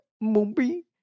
Movie